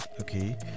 okay